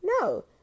No